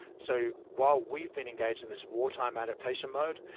so while we've been engaged in this wartime adaptation mode,